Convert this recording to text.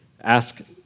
ask